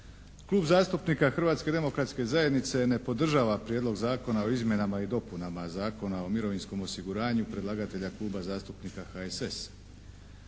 Klub zastupnika Hrvatske demokratske zajednice ne podržava Prijedlog zakona o izmjenama i dopunama Zakona o mirovinskom osiguranju predlagatelja kluba zastupnika HSS.